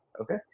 Okay